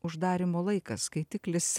uždarymo laikas skaitiklis